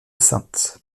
saintes